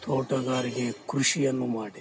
ತೋಟಗಾರಿಕೆ ಕೃಷಿಯನ್ನು ಮಾಡಿ